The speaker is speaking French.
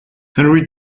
henri